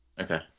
okay